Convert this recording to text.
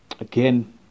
again